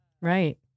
Right